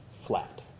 flat